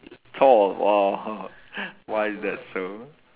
Thor !wah! why is that so